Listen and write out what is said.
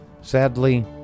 Sadly